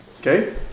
Okay